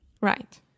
Right